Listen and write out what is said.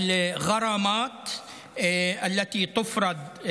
פעם נוספת אנחנו מגישים הצעת חוק אשר מפחיתה